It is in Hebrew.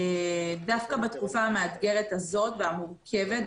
דווקא בתקופה המאתגרת והמורכבת הזאת,